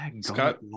Scott